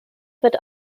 wird